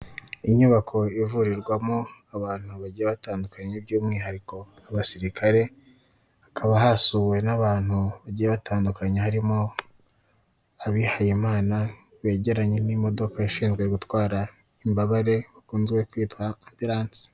Inyubako ivurirwamo abantu bagiye batandukanye bw'umwihariko nk'abasirikare, hakaba hasuwe n'abantu bagiye batandukanye harimo abihayimana, begeranye n'imodoka ishinzwe gutwara imbabare, ikunze kwitwa ambiransi.